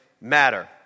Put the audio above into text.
matter